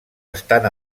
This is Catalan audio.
estan